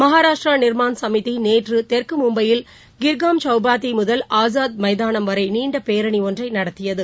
மகாராஷ்டிராநிர்மான் சமிதிநேற்றுதெற்குமும்பையில் Girgaum செளபாதிமுதல் Azad மமதானம் வரைநீண்டபேரணிஒன்றைநடத்தியது